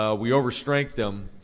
ah we overstrengthed them,